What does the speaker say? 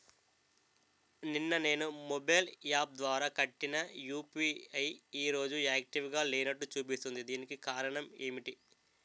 నిన్న నేను mobile app ద్వారా కట్టిన యు.పి.ఐ ఈ రోజు యాక్టివ్ గా లేనట్టు చూపిస్తుంది దీనికి కారణం ఏమిటి?